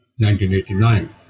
1989